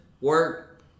work